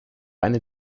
eine